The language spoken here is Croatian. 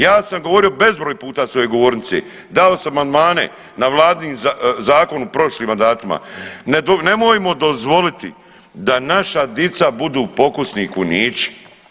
Ja sa govorio bezbroj puta s ove govornice, dao sam amandman na vladin zakon u prošlim mandatima, nemojmo dozvoliti da naša dica budu pokusni kunići.